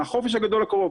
מהחופש הגדול הקרוב,